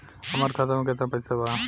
हमार खाता में केतना पैसा बा?